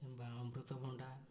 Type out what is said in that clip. କିମ୍ବା ଅମୃତଭଣ୍ଡା